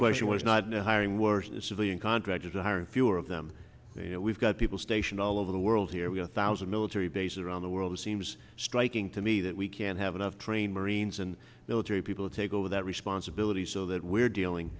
question was not no hiring were civilian contractors to hire fewer of them we've got people stationed all over the world here we are thousand military bases around the world it seems striking to me that we can't have enough trained marines and military people to take over that responsibility so that we're dealing